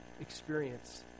experience